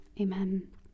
Amen